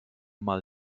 mal